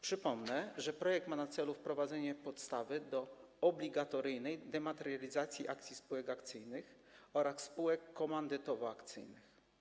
Przypomnę, że projekt ma na celu wprowadzenie podstawy do obligatoryjnej dematerializacji akcji spółek akcyjnych oraz spółek komandytowo-akcyjnych.